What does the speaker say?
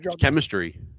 chemistry